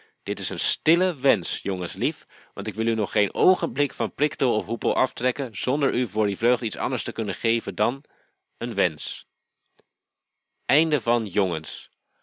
dit is een stille wensch jongenslief want ik wil u nog geen oogenblik van priktol of hoepel aftrekken zonder u voor die vreugde iets anders te kunnen geven dan een wensch